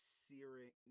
searing